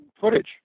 footage